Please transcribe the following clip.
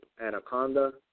Anaconda